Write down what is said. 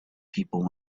people